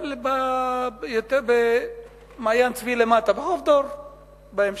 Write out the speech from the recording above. כן, במעיין-צבי למטה, בחוף דור בהמשך.